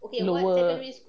lower